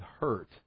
hurt